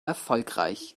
erfolgreich